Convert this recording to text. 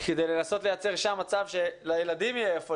כדי לנסות לייצר שם מצב שלילדים יהיה היכן